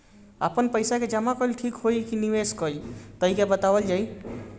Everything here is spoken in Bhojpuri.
आपन पइसा के जमा कइल ठीक होई की निवेस कइल तइका बतावल जाई?